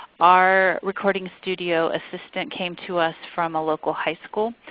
our recording studio assistant came to us from a local high school.